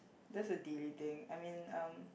that's a delay thing I mean um